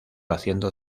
haciendo